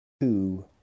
two